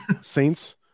Saints